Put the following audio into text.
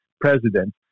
president